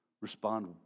Respond